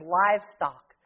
livestock